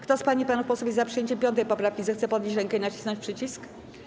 Kto z pań i panów posłów jest za przyjęciem 5. poprawki, zechce podnieść rękę i nacisnąć przycisk.